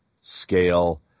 scale